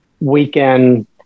weekend